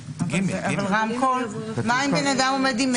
ומה אם בן אדם עומד עם מגאפון?